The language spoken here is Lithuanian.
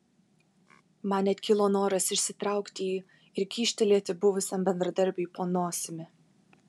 man net kilo noras išsitraukti jį ir kyštelėti buvusiam bendradarbiui po nosimi